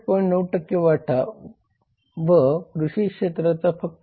9 वाटा व कृषी क्षेत्राचा फक्त 5